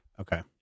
okay